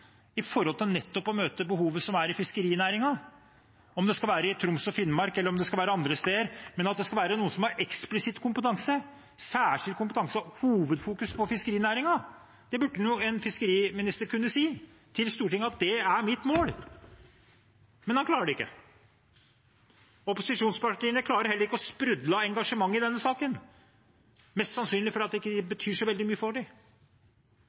å møte behovet som er i fiskerinæringen – om det skal være i Troms og Finnmark, eller om det skal være andre steder – at det skal være noen som har eksplisitt kompetanse, særskilt kompetanse og hovedfokus på fiskerinæringen. Det burde jo en fiskeriminister kunne si til Stortinget at er hans mål. Men han klarer det ikke. Posisjonspartiene klarer heller ikke å sprudle av engasjement i denne saken, mest sannsynlig fordi den ikke betyr så veldig mye for